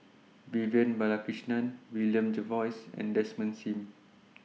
Vivian Balakrishnan William Jervois and Desmond SIM